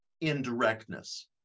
indirectness